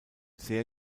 sehr